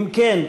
אם כן,